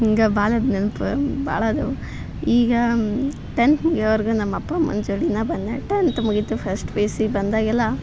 ಹಿಂಗ ಬಾಲ್ಯದ ನೆನಪ ಭಾಳ ಅದಾವು ಈಗ ಟೆಂತ್ ಮುಗಿಯೋವರೆಗೂ ನಮ್ಮ ಅಪ್ಪ ಅಮ್ಮನ ಜೋಡಿನ ಬಂದೆ ಟೆಂತ್ ಮುಗಿಯಿತು ಫಸ್ಟ್ ಪಿ ಯು ಸಿಗೆ ಬಂದಾಗೆಲ್ಲ